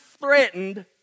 threatened